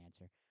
answer